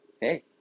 Hey